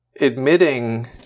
admitting